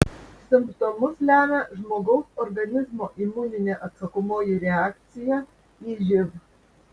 simptomus lemia žmogaus organizmo imuninė atsakomoji reakcija į živ